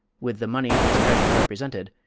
with the money these treasures represented,